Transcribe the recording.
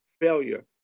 failure